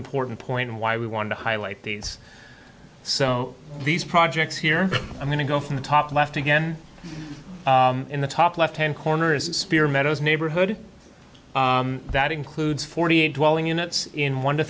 important point and why we want to highlight these so these projects here i'm going to go from the top left again in the top left hand corner is a spear meadows neighborhood that includes forty eight walling units in one to